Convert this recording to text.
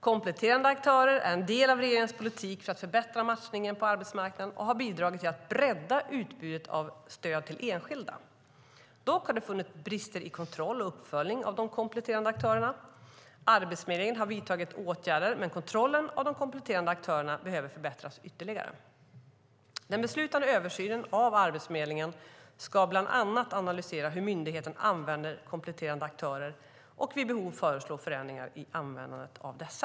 Kompletterande aktörer är en del av regeringens politik för att förbättra matchningen på arbetsmarknaden och har bidragit till att bredda utbudet av stöd till enskilda. Dock har det funnits brister i kontroll och uppföljning av de kompletterande aktörerna. Arbetsförmedlingen har vidtagit åtgärder, men kontrollen av de kompletterande aktörerna behöver förbättras ytterligare. Den beslutade översynen av Arbetsförmedlingen ska bland annat analysera hur myndigheten använder kompletterande aktörer och vid behov föreslå förändringar i användandet av dessa.